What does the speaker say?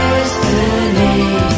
Destiny